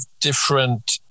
different